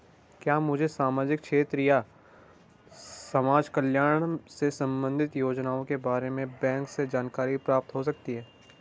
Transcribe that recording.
क्या मुझे सामाजिक क्षेत्र या समाजकल्याण से संबंधित योजनाओं के बारे में बैंक से जानकारी प्राप्त हो सकती है?